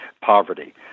poverty